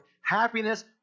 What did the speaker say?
happiness